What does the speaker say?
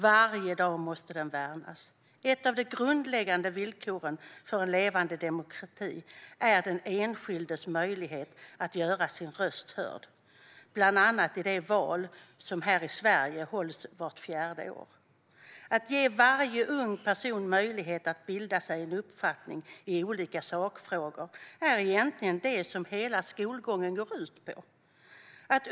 Varje dag måste den värnas. Ett av de grundläggande villkoren för en levande demokrati är den enskildes möjlighet att göra sin röst hörd, bland annat i de val som här i Sverige hålls vart fjärde år. Att ge varje ung person möjlighet att bilda sig en uppfattning i olika sakfrågor är egentligen det som hela skolgången går ut på.